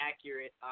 accurate